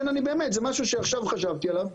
זה משהו שעכשיו חשבתי עליו,